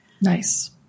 Nice